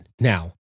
Now